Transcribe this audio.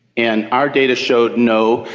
and our data showed, no,